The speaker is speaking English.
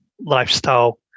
lifestyle